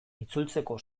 itzultzeko